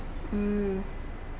mm